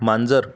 मांजर